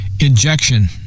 injection